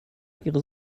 ihres